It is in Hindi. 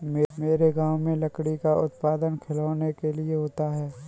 मेरे गांव में लकड़ी का उत्पादन खिलौनों के लिए होता है